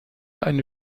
eine